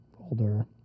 older